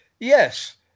Yes